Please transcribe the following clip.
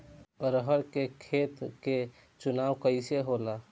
अरहर के खेत के चुनाव कइसे होला?